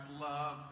love